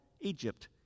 Egypt